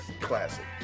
classic